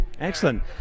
Excellent